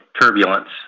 turbulence